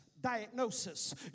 diagnosis